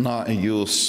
na jūs